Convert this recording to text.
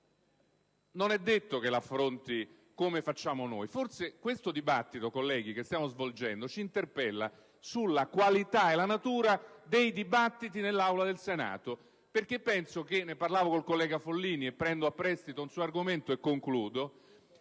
non è detto che l'affronti come facciamo noi. Forse questo dibattito, colleghi, che stiamo svolgendo ci interpella sulla qualità e la natura dei dibattiti nell'Aula del Senato, perché penso che - ne parlavo col collega Follini e prendo a prestito un suo argomento, e concludo